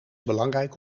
belangrijk